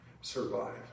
survive